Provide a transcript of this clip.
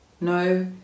no